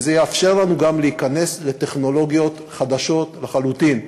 וזה יאפשר לנו גם להיכנס לטכנולוגיות חדשות לחלוטין,